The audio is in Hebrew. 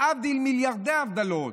להבדיל מיליארדי הבדלות,